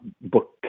book